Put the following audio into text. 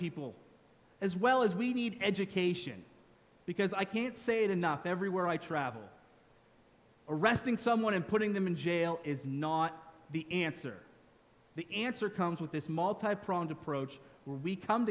people as well as we need education because i can't say it enough everywhere i travel arresting someone and putting them in jail is not the answer the answer comes with a small type wrong approach w